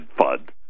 fund